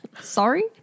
Sorry